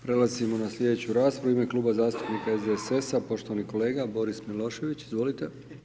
Prelazimo na slijedeću raspravu, u ime kluba zastupnika SDSS-a, poštovani kolega Boris Milošević, izvolite.